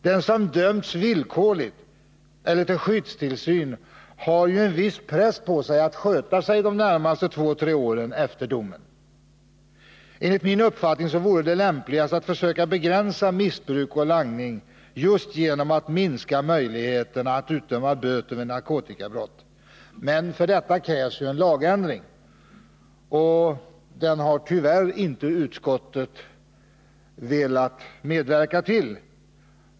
Den som har dömts villkorligt eller till skyddstillsyn har ju en viss press på sig att sköta sig de närmaste två å tre åren efter domen. Enligt min uppfattning vore det lämpligast att försöka begränsa missbruk och langning just genom att minska möjligheterna att utdöma böter vid narkotikabrott, men för detta krävs en lagändring, och den har tyvärr inte utskottet velat medverka till.